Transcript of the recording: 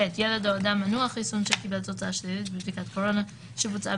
ילד או אדם מנוע חיסון שקיבל תוצאה שלילית בבדיקת קורונה שבוצעה